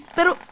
Pero